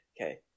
Okay